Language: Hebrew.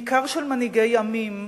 בעיקר של מנהיגי עמים,